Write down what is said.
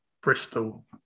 Bristol